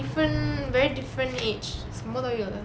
different very different age 什么都有的